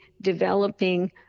developing